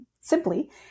simply